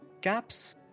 gaps